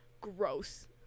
gross